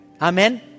Amen